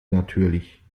natürlich